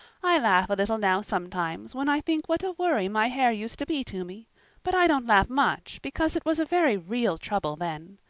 i laugh a little now sometimes when i think what a worry my hair used to be to me but i don't laugh much, because it was a very real trouble then.